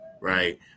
right